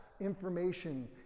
information